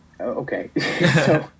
Okay